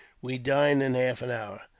we dine in half an hour.